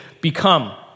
become